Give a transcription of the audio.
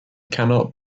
cannot